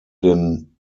den